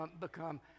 become